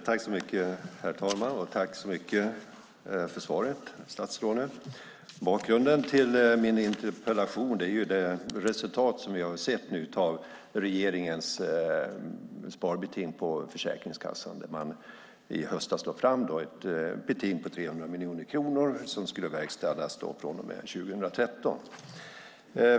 Herr talman! Tack så mycket för svaret, statsrådet! Bakgrunden till min interpellation är det resultat som vi har sett av regeringens sparbeting på Försäkringskassan. Man lade i höstas fram ett beting på 300 miljoner kronor som skulle verkställas från och med 2013.